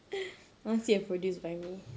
I want to see a produced by me